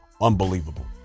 unbelievable